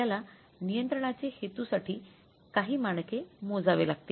आपल्याला नियंत्रणाचे हेतूसाठी काही मानके मोजावे लागतील